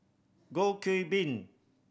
Goh Qiu Bin